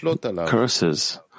curses